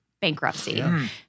bankruptcy